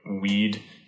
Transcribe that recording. weed